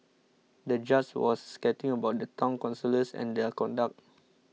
the judge was scathing about the Town Councillors and their conduct